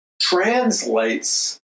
translates